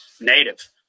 Native